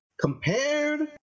compared